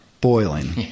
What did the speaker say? boiling